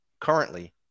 currently